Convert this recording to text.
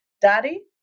daddy